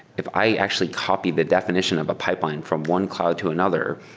if i actually copied the definition of a pipeline from one cloud to another,